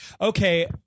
okay